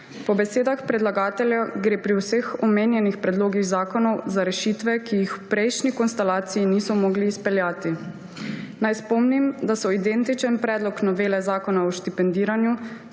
Po besedah predlagateljev gre pri vseh omenjenih predlogih zakonov za rešitve, ki jih v prejšnji konstelaciji niso mogli izpeljati. Naj spomnim, da so identičen predlog novele Zakona o štipendiranju